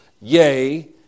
Yea